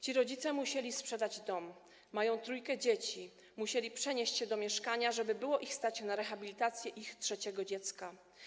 Ci rodzice musieli sprzedać dom, mają trójkę dzieci, musieli przenieść się do mieszkania, żeby było ich stać na rehabilitację ich trzeciego dziecka.